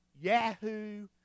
Yahoo